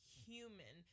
human